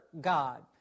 God